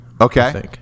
Okay